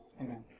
Amen